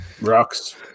Rocks